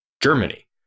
Germany